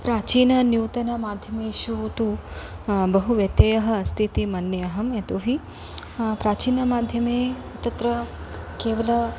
प्राचीनूतन माध्यमेषु तु बहु व्यत्ययः अस्ति इति मन्ये अहं यतो हि प्राचीनमाध्यमे तत्र केवल